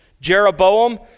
Jeroboam